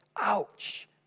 Ouch